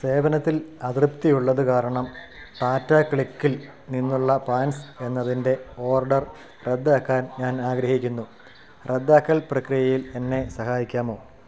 സേവനത്തിൽ അതൃപ്തിയുള്ളത് കാരണം ടാറ്റാ ക്ലിക്കിൽ നിന്നുള്ള പാന്റ്സ് എന്നതിൻ്റെ ഓർഡർ റദ്ദാക്കാൻ ഞാനാഗ്രഹിക്കുന്നു റദ്ദാക്കൽ പ്രക്രിയയിൽ എന്നെ സഹായിക്കാമോ